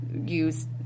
use